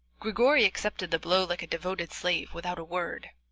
grigory accepted the blow like a devoted slave, without a word,